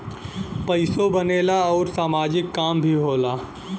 पइसो बनेला आउर सामाजिक काम भी होला